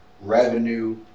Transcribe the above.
revenue